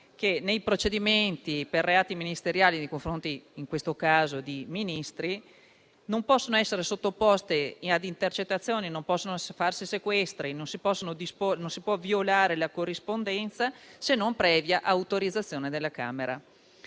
che, nei procedimenti per reati ministeriali nei confronti, in questo caso, di Ministri, non possano essere fatte intercettazioni, né sequestri, né si possa violare la corrispondenza, se non previa autorizzazione della Camera